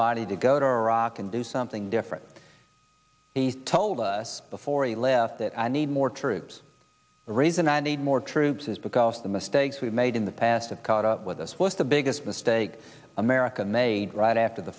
body to go to iraq and do something different he told us before he left that i need more troops the reason i need more troops is because the mistakes we've made in the past have caught up with us was the biggest mistake america made right after the